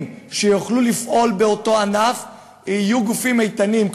שיוכלו לפעול באותו ענף יהיו גופים איתנים,